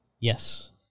Yes